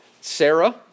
Sarah